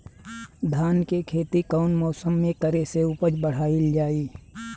धान के खेती कौन मौसम में करे से उपज बढ़ाईल जाई?